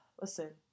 Listen